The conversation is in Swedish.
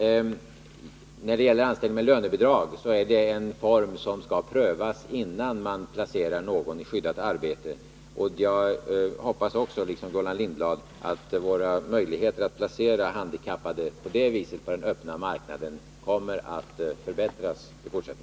Frågan om anställning med lönebidrag skall prövas innan någon placeras i skyddat arbete. Jag hoppas, i likhet med Gullan Lindblad, att våra möjligheter att på det viset placera handikappade på den öppna marknaden i fortsättningen kommer att förbättras.